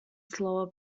slower